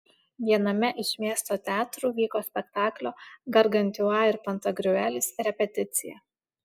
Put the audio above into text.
viename iš miesto teatrų vyko spektaklio gargantiua ir pantagriuelis repeticija